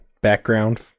background